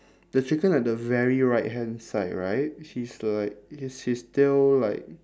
the chicken at the very right hand side right he's like is his tail like